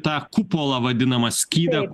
tą kupolą vadinamą skydą